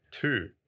two